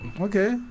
Okay